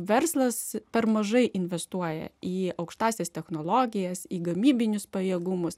verslas per mažai investuoja į aukštąsias technologijas į gamybinius pajėgumus